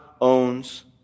owns